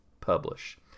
publish